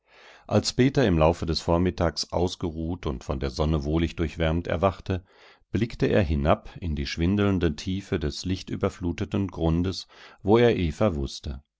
als peter im laufe des vormittags ausgeruht und von der sonne wohlig durchwärmt erwachte blickte er hinab in die schwindelnde tiefe des lichtüberfluteten grundes wo er eva wußte